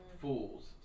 fools